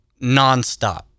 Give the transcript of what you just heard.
nonstop